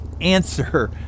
answer